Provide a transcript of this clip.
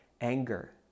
anger